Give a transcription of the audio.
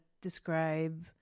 describe